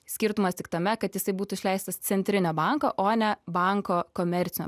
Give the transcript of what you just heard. skirtumas tik tame kad jisai būtų išleistas centrinio banko o ne banko komercinio